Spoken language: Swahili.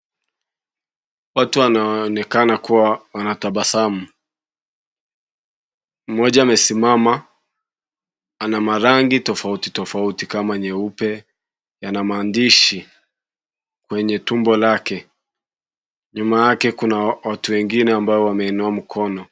Watu wanaoonekana kuwa wanatabasamu. Mmoja amesimama. Ana marangi tofauti tofauti kama nyeupe, yana maandishi kwenye tumbo lake. Nyuma yake kuna watu wengine ambao wameinua mkono.